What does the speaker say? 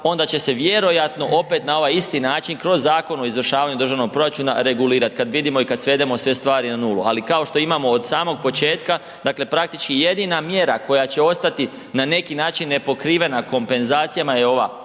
onda će se vjerojatno opet na ovaj isti način kroz Zakon o izvršavanju državnog proračuna regulirat, kad vidimo i kad svedemo sve stvari na nulu, ali kao što imamo od samog početka, dakle praktički jedina mjera koja će ostati na neki način nepokrivena kompenzacijama je ova,